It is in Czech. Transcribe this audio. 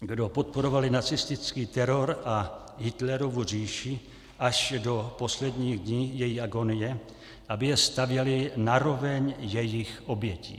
kdo podporovali nacistický teror a Hitlerovu říši až do posledních dní její agónie aby je stavěly na roveň jejich obětí.